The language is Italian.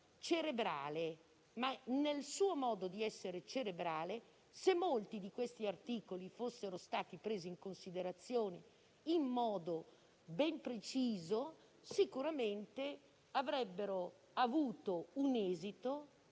cerebrale. Nel suo modo di essere cerebrale, se molti di quegli emendamenti fossero stati presi in considerazione in modo ben preciso, sicuramente avrebbero sollevato